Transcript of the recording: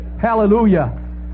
Hallelujah